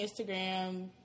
instagram